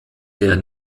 der